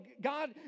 God